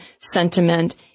sentiment